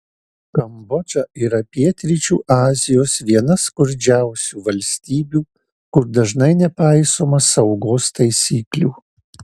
kambodža yra pietryčių azijos viena skurdžiausių valstybių kur dažnai nepaisoma saugos taisyklių